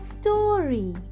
story